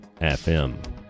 FM